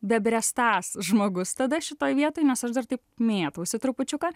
bebręstąs žmogus tada šitoj vietoj nes aš dar taip mėtausi trupučiuką